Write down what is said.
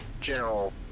general